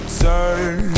turn